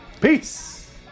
peace